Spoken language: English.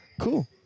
Cool